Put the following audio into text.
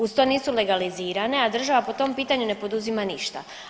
Uz to, nisu legalizirane, a država po tom pitanju ne poduzima ništa.